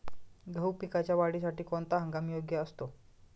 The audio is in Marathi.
गहू पिकाच्या वाढीसाठी कोणता हंगाम योग्य असतो?